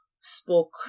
spoke